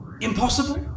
impossible